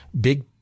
big